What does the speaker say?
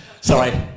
sorry